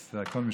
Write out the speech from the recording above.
אז הכול משמיים.